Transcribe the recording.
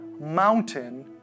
mountain